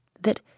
that